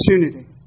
opportunity